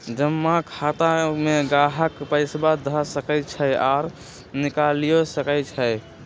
जमा खता में गाहक पइसा ध सकइ छइ आऽ निकालियो सकइ छै